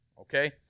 Okay